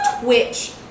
twitch